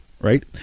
right